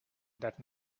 that